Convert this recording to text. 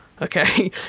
Okay